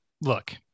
look